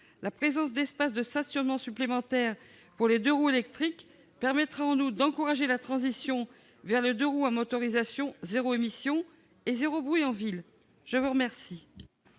La présence d'espaces de stationnement supplémentaires pour les deux-roues électriques permettra, en outre, d'encourager la transition vers des deux-roues à motorisation zéro émission et zéro bruit en ville. La parole